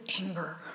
anger